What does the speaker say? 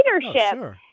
leadership